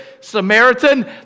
Samaritan